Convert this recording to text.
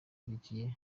maduro